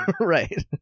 Right